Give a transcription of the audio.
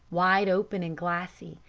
wide open and glassy,